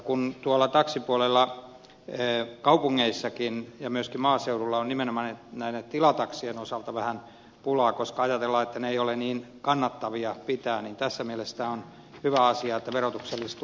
kun tuolla taksipuolella kaupungeissakin ja myöskin maaseudulla on nimenomaan näiden tilataksien osalta vähän pulaa koska ajatellaan että ne eivät ole niin kannattavia pitää niin tässä mielessä tämä on hyvä asia että verotuksellisesti tullaan vastaan